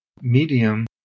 medium